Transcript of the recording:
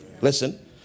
Listen